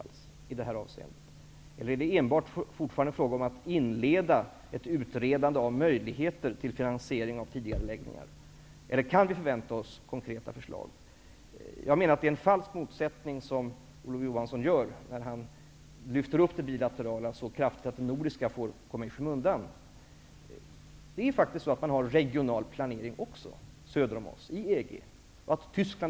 Är det fortfarande enbart fråga om att inleda ett utredande om möjligheter till finansiering av tidigareläggningar, eller kan vi förvänta oss konkreta förslag? Jag menar att det är en falsk motsättning som Olof Johansson skapar när han lyfter upp det bilaterala så kraftigt att det nordiska kommer i skymundan. Regional planering förekommer faktiskt också söder om oss, inom EG.